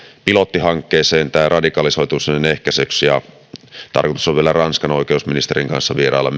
pilottihankkeeseen radikalisoitumisen ehkäisemiseksi ja tarkoitus on vielä ranskan oikeusministerin kanssa vierailla